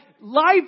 life